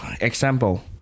example